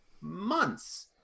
months